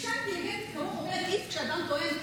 אישה אינטליגנטית כמוך אומרת "איף" כשאדם טוען,